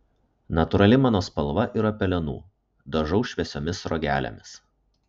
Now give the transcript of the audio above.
natūrali mano spalva yra pelenų dažau šviesiomis sruogelėmis